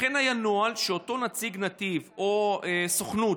אכן היה נוהל שאותו נציג נתיב או סוכנות,